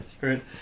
right